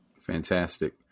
Fantastic